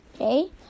Okay